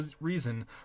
reason